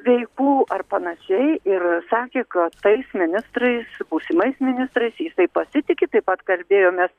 veiklų ar panašiai ir sakė kad tais ministrais būsimais ministrais jisai pasitiki taip pat kalbėjomės